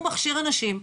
הוא מכשיר אנשים,